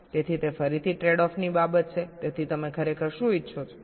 તેથી તે ફરીથી ટ્રેડ ઓફની બાબત છે તેથી તમે ખરેખર શું ઇચ્છો છો